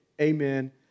Amen